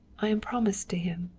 i am promised to him.